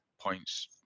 points